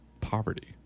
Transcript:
poverty